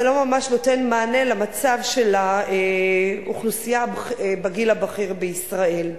זה לא ממש נותן מענה למצב של האוכלוסייה בגיל הבכיר בישראל.